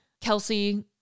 Kelsey